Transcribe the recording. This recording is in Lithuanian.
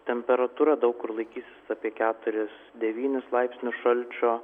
temperatūra daug kur laikysis apie keturis devynis laipsnius šalčio